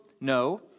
No